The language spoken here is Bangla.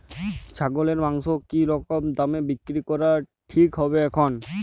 ছাগলের মাংস কী রকম দামে বিক্রি করা ঠিক হবে এখন?